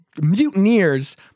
mutineers